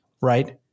right